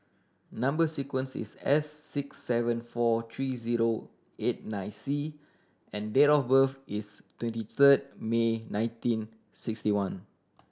number sequence is S six seven four three zero eight nine C and date of birth is twenty third May nineteen sixty one